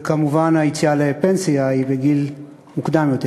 וכמובן היציאה לפנסיה היא בגיל מוקדם יותר,